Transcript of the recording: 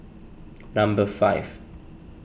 number five